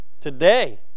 Today